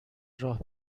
راه